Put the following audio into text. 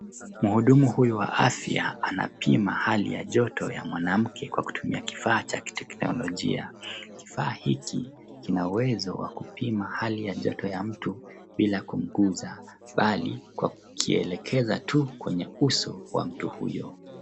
Mhudumu huyu wa afya anapima hali ya joto ya mwanamke kwa kutumia kifaa cha kiteknolojia . Kifaa hiki kina uwezo wa kupima hali ya joto ya mtu bila kumgusa Bali kwa kukielekeza tu kwenye uso wa mtu huyo.